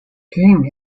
king